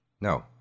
no